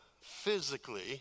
physically